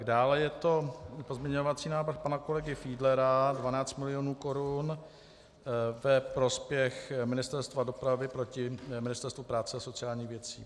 Dále je to pozměňovací návrh pana kolegy Fiedlera, 12 milionů korun, ve prospěch Ministerstva dopravy proti Ministerstvu práce a sociálních věcí.